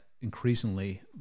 increasingly